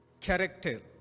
character